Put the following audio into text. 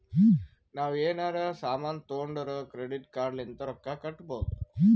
ನಾವ್ ಎನಾರೇ ಸಾಮಾನ್ ತೊಂಡುರ್ ಕ್ರೆಡಿಟ್ ಕಾರ್ಡ್ ಲಿಂತ್ ರೊಕ್ಕಾ ಕಟ್ಟಬೋದ್